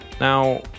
Now